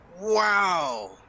Wow